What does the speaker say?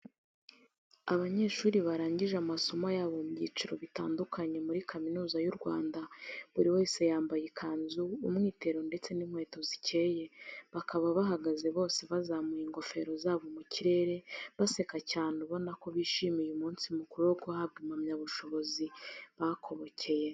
Abanyeshuri barangije amasomo yabo mu byiciro bitandukanye muri Kaminuza y'u Rwanda, buri wese yambaye ikanzu, umwitero ndetse n'inkweto zikeye, bakaba bahagaze bose bazamuye ingofero zabo mu kirere baseka cyane ubona ko bishimiye umunsi mukuru wo guhabwa impamyabushobozi bakobokeye.